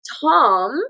Tom